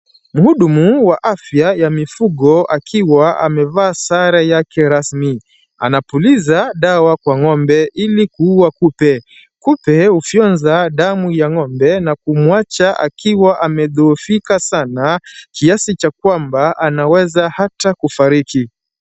Mhudumu wa afya ya mifugo akiwa amevaa sare yake rasmi. Anapuliza dawa kwa ng'ombe ili kuua kupe. Kupe hufyonza damu ya ng'ombe na kumuacha akiwa amedhoofika sana, kiasi cha kwamba anaweza hata kufariki.